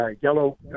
yellow